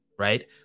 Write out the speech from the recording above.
right